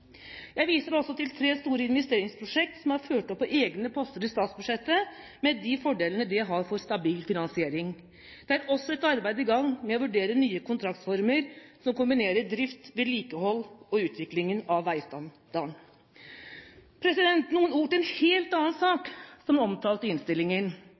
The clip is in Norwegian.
ført opp på egne poster i statsbudsjettet, med de fordelene det har for stabil finansiering. Det er også et arbeid i gang med å vurdere nye kontraktsformer som kombinerer drift, vedlikehold og utvikling av veistandarden. Noen ord til en helt annen sak som er omtalt i innstillingen.